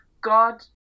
God